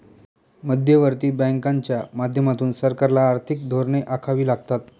मध्यवर्ती बँकांच्या माध्यमातून सरकारला आर्थिक धोरणे आखावी लागतात